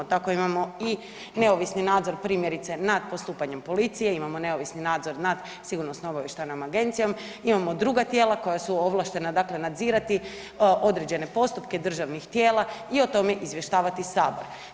Tako imamo i neovisni nadzor, primjerice nad postupanjem policije, imamo neovisni nadzor nad Sigurnosno-obavještajnom agencijom, imamo druga tijela koja su ovlaštena, dakle, nadzirati određene postupke državnih tijela i o tome izvještavati Sabor.